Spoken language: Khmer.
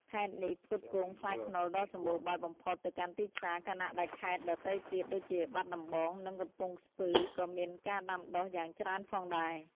ខេត្តនេះផ្គត់ផ្គង់ផ្លែខ្នុរដ៏សម្បូរបែបបំផុតទៅកាន់ទីផ្សារ ខណៈដែលខេត្តដទៃទៀតដូចជាបាត់ដំបង និងកំពង់ស្ពឺក៏មានការដាំដុះយ៉ាងច្រើនផងដែរ។